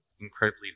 incredibly